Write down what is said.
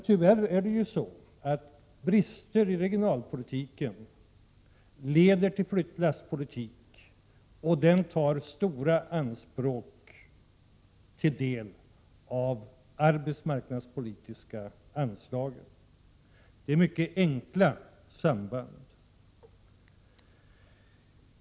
Tyvärr är det ju så att brister i regionalpolitiken leder till flyttlasspolitik, och den gör anspråk på stora delar av det arbetsmarknadspolitiska anslaget. Detta är mycket enkla samband.